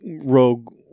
Rogue